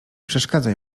przeszkadzaj